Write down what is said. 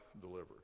delivered